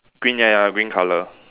green ya ya green colour